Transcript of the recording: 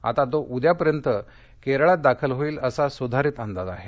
आता तो उद्यापर्यंत केरळात दाखल होईल असा सुधारित अद्याज आहे